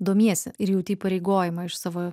domiesi ir jauti įpareigojimą iš savo